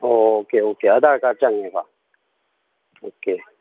okay okay Aadhaar card ꯆꯪꯉꯦꯕ okay